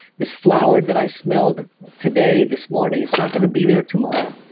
this flower that i smelled today, this morning is not going to be there tomorrow.